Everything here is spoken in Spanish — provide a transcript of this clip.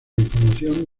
información